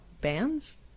bands